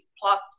plus